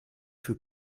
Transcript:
für